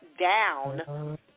down